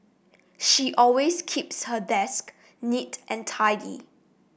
she always keeps her desk neat and tidy